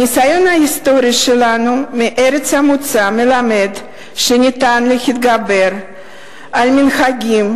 הניסיון ההיסטורי שלנו מארץ המוצא מלמד שניתן להתגבר על מנהגים